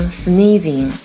sneezing